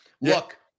Look